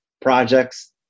projects